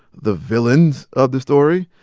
the villains of the story.